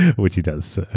which he does.